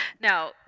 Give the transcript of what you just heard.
Now